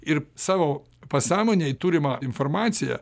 ir savo pasąmonėj turimą informaciją